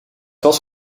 was